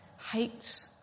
Hate